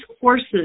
courses